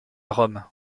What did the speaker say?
rome